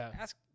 ask